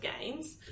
gains